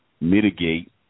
mitigate